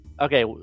Okay